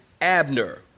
Abner